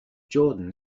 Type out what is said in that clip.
jordan